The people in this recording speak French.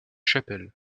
chapelle